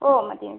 ഓ മതി മതി